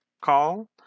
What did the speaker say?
call